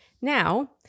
Now